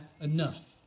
enough